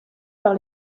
par